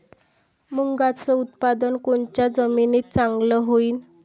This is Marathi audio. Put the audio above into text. मुंगाचं उत्पादन कोनच्या जमीनीत चांगलं होईन?